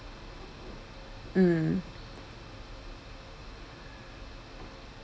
mm